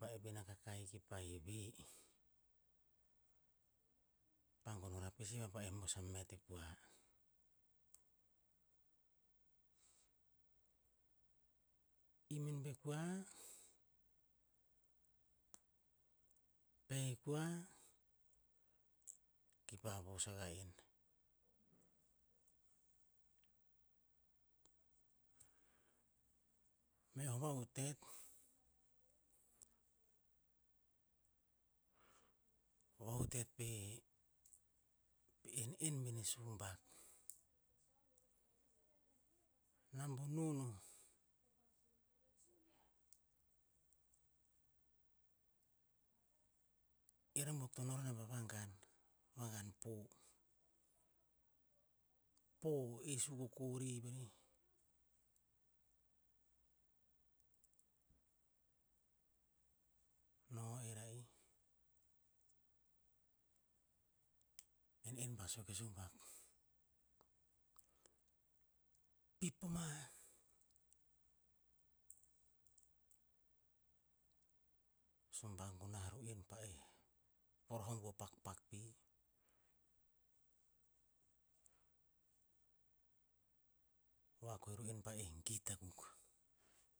Pa epina kaka-ih kipa heve, pa gonn o rapis kipa moes a met e kua. Im en pe kua, peh kua, kipa voso a kah en. Meh o va'utet, va'utet pi inin bene sumbak. Nambunun o, ir a buok to no rer pa vangan poh, vangan poh, poh esu kokori veri. No er a'ih en en pa sue ke sumbak, "pip po mah", sumbak gunah ru'en pa'eh poro hong po pakpak pi, hoa ko o ru'en pa'eh git akuk.